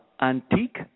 antique